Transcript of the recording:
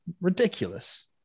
ridiculous